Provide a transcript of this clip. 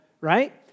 right